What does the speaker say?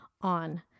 on